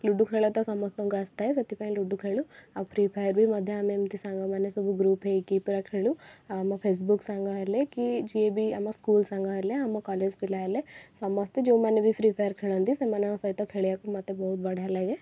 ludo ଖେଳ ତ ସମସ୍ତଙ୍କୁ ଆସିଥାଏ ସେଥିପାଇଁ ଲୁଡ଼ୁ ଖେଳୁ ଆଉ ଫ୍ରି ଫାୟାର୍ ବି ମଧ୍ୟ ଆମେ ଏମିତି ସାଙ୍ଗମାନେ ସବୁ ଗ୍ରୁପ ହେଇକି ପୂରା ଖେଳୁ ଆଉ ଆମ ଫେସବୁକ ସାଙ୍ଗ ହେଲେ କି ଯିଏ ବି ଆମ ସ୍କୁଲ ସାଙ୍ଗ ହେଲେ ଆମ କଲେଜ ପିଲା ହେଲେ ସମସ୍ତେ ଯେଉଁମାନେ ବି ଫ୍ରି ଫାୟାର୍ ଖେଳନ୍ତି ସେମାନଙ୍କ ସହିତ ଖେଳିବାକୁ ମୋତେ ବହୁତ ବଢ଼ିଆ ଲାଗେ